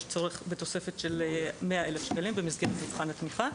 יש צורך בתוספת של 100,000 שקלים במסגרת מבחן התמיכה.